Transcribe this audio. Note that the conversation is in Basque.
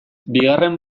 bigarren